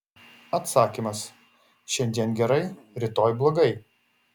atsakymas šiandien gerai rytoj blogai